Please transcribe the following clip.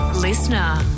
Listener